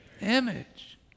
image